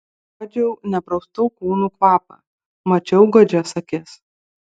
uodžiau nepraustų kūnų kvapą mačiau godžias akis